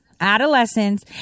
adolescents